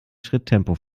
schritttempo